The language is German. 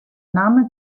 name